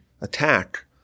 attack